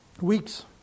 weeks